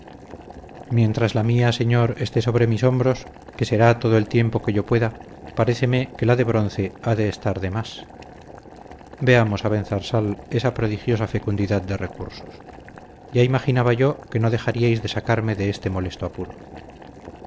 mientras la mía señor esté sobre mis hombros que será todo el tiempo que yo pueda paréceme que la de bronce ha de estar de más veamos abenzarsal esa prodigiosa fecundidad de recursos ya imaginaba yo que no dejaríais de sacarme de este molesto apuro